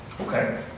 Okay